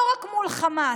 לא רק מול חמאס,